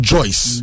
Joyce